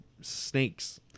snakes